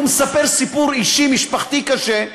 הוא מספר סיפור אישי משפחתי קשה,